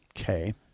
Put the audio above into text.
Okay